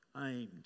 aimed